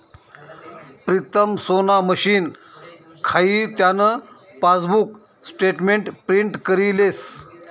प्रीतम सोना मशीन खाई त्यान पासबुक स्टेटमेंट प्रिंट करी लेस